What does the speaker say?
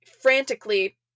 frantically